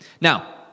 Now